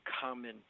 common